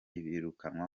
birukanwa